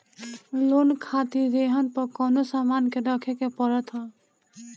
loan खातिर रेहन पअ कवनो सामान के रखे के पड़त हअ